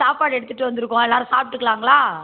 சாப்பாடு எடுத்துகிட்டு வந்திருக்கோம் எல்லோரும் சாப்பிடுக்கலாங்களா